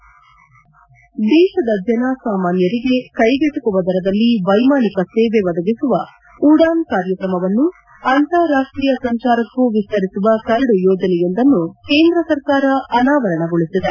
head ದೇಶದ ಜನ ಸಾಮಾನ್ಗರಿಗೆ ಕ್ಲೆಗೆಟಕುವ ದರದಲ್ಲಿ ವ್ಲೆಮಾನಿಕ ಸೇವೆ ಒದಗಿಸುವ ಉಡಾನ್ ಕಾರ್ಯಕ್ರಮವನ್ನು ಅಂತಾರಾಷ್ಷೀಯ ಸಂಚಾರಕ್ಕೂ ವಿಸ್ತರಿಸುವ ಕರಡು ಯೋಜನೆಯೊಂದನ್ನು ಕೇಂದ್ರ ಸರ್ಕಾರ ಅನಾವರಣಗೊಳಿಸಿದೆ